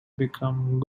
become